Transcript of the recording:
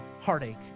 heartache